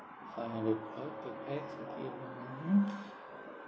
ah okay that's okay mm